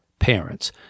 parents